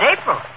April